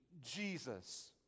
Jesus